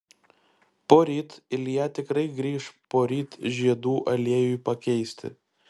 poryt ilja tikrai grįš poryt žiedų aliejui pakeisti